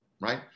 right